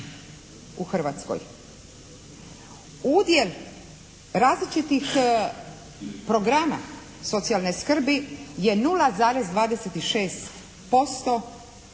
u Hrvatskoj. Udjel različitih programa socijalne skrbi je 0,26%